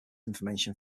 information